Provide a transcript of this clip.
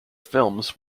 films